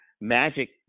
Magic